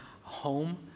home